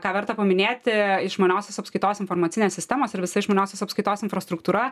ką verta paminėti išmaniosios apskaitos informacinės sistemos ir visa išmaniosios apskaitos infrastruktūra